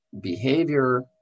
behavior